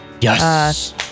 Yes